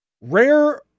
Rare